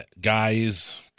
guys